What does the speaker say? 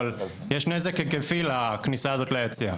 אבל יש נזק היקפי לכניסה הזאת ליציע.